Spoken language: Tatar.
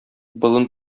болын